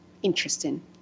interesting